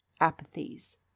apathies